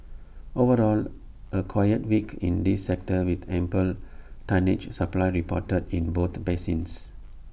overall A quiet week in this sector with ample tonnage supply reported in both basins